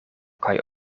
kaj